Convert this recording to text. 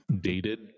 Dated